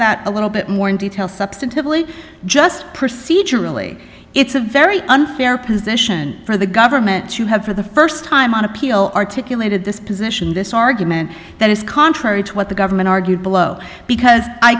that a little bit more in detail substantively just procedurally it's a very unfair position for the government to have for the st time on appeal articulated this position this argument that is contrary to what the government argued below because i